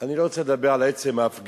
אני לא רוצה לדבר על עצם ההפגנה,